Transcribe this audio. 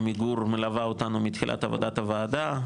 עמיגור מלווה אותנו מתחילת עבודת הוועדה,